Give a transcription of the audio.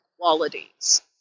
qualities